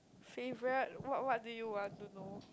favourite what what do you want to know